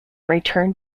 returned